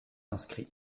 inscrit